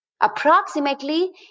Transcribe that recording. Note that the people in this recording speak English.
Approximately